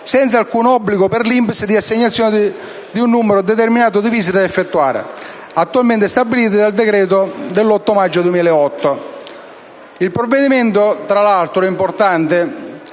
senza alcun obbligo per l'INPS di assegnazione di un numero determinato di visite da effettuare, attualmente stabiliti dal decreto ministeriale dell'8 maggio 2008. Il provvedimento che proponiamo